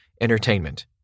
Entertainment